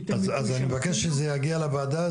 אז אני אבקש שזה יגיע לוועדה,